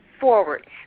forward